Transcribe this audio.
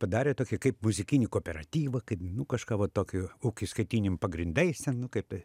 padarė tokį kaip muzikinį kooperatyvą kaip kažką va tokio ūkiskaitinėm pagrindais ten nu kaip tai